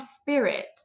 spirit